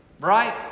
Right